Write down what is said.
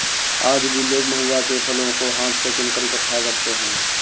आज भी लोग महुआ के फलों को हाथ से चुनकर इकठ्ठा करते हैं